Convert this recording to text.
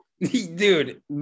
Dude